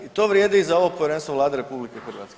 I to vrijedi i za ovo povjerenstvo Vlade RH.